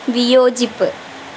വിയോജിപ്പ്